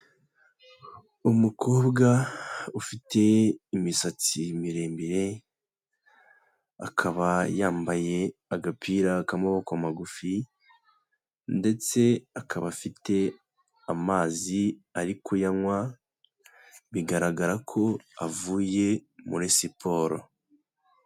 Umukobwa ufite imisatsi miremire, akaba yambaye agapira k'amaboko magufi ndetse akaba afite amazi ari kuyanywa, bigaragara ko avuye muri siporo.